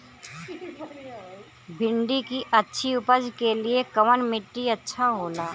भिंडी की अच्छी उपज के लिए कवन मिट्टी अच्छा होला?